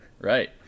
right